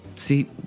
See